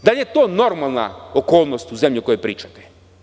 Da li je to normalna okolnost u zemlji o kojoj pričate?